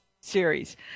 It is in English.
series